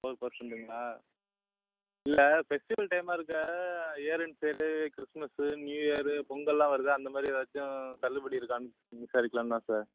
four பர்ஜென்டுங்களா இல்லை festival டைமா இருக்கே year end sale Christmas new year பொங்கலெலாம் வருது அந்த மாதிரி ஏதாச்சும் தள்ளுபடி இருக்கானு விசாரிக்கலாம் தான் சார்